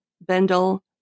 Bendel